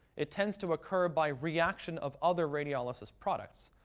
it tends to occur by reaction of other radiolysis products.